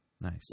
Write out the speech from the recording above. Nice